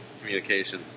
communication